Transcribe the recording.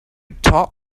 talk